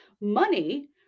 money